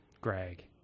greg